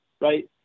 right